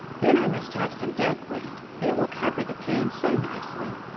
then i must have some duckweed. it will cover the pan so nicely.